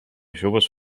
joves